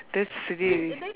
that's really